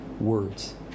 words